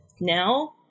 Now